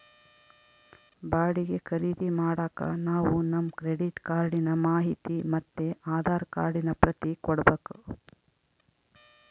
ಬಾಡಿಗೆ ಖರೀದಿ ಮಾಡಾಕ ನಾವು ನಮ್ ಕ್ರೆಡಿಟ್ ಕಾರ್ಡಿನ ಮಾಹಿತಿ ಮತ್ತೆ ಆಧಾರ್ ಕಾರ್ಡಿನ ಪ್ರತಿ ಕೊಡ್ಬಕು